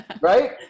right